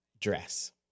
dress